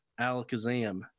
Alakazam